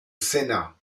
sénat